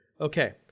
Okay